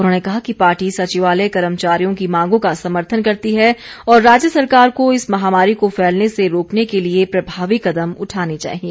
उन्होंने कहा कि पार्टी सचिवालय कर्मचारियों की मांगों का समर्थन करती है और राज्य सरकार को इस महामारी को फैलने से रोकने के लिए प्रभावी कदम उठाने चाहिए